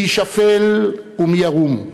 מי יישפל ומי ירוּם.